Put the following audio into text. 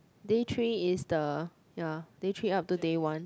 day three is the ya day three up to day one